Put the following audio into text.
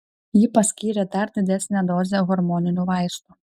ji paskyrė dar didesnę dozę hormoninių vaistų